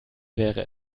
wäre